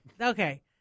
Okay